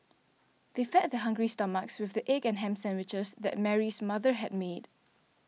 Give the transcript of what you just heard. they fed their hungry stomachs with the egg and ham sandwiches that Mary's mother had made